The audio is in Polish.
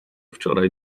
wczoraj